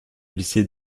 lycée